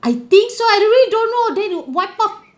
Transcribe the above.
I think so I really don't know then wiped off